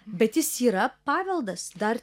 bet jis yra paveldas dar